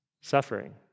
Suffering